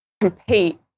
compete